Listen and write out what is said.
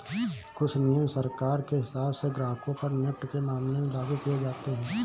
कुछ नियम सरकार के हिसाब से ग्राहकों पर नेफ्ट के मामले में लागू किये जाते हैं